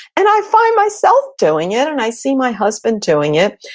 and i find myself doing it, and i see my husband doing it,